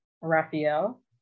Raphael